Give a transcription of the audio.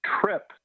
trip